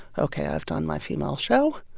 ok, i've done my female show.